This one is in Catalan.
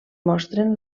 mostren